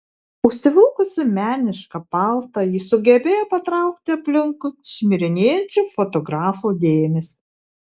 užsivilkusi menišką paltą ji sugebėjo patraukti aplinkui šmirinėjančių fotografų dėmesį